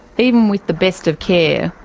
even with the best of care,